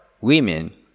women